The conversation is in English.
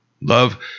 Love